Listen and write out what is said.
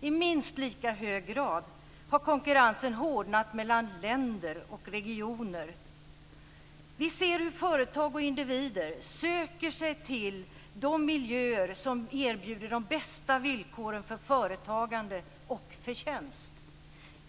I minst lika hög grad har konkurrensen hårdnat mellan länder och regioner. Vi ser hur företag och individer söker sig till de miljöer som erbjuder de bästa villkoren för företagande och förtjänst.